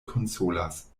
konsolas